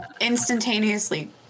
instantaneously